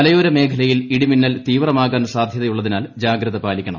മലയോരമേഖലയിൽ ഇടിമിന്നൽ തീവ്രമാകാൻ സാധ്യതയുള്ളതിനാൽ ജാഗ്രത പാലിക്കണം